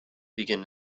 begin